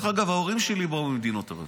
ההורים שלי באו ממדינות ערב.